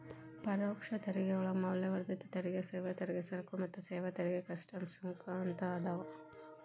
ಪರೋಕ್ಷ ತೆರಿಗೆಯೊಳಗ ಮೌಲ್ಯವರ್ಧಿತ ತೆರಿಗೆ ಸೇವಾ ತೆರಿಗೆ ಸರಕು ಮತ್ತ ಸೇವಾ ತೆರಿಗೆ ಕಸ್ಟಮ್ಸ್ ಸುಂಕ ಅಂತ ಅದಾವ